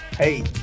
Hey